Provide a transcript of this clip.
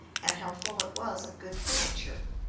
and how full it was of good furniture.